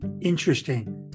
Interesting